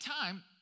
time